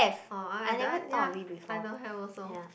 orh i i do i ya I don't have also